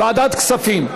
ועדת הכספים.